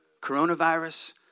Coronavirus